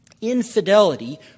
Infidelity